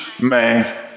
Man